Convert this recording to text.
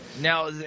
Now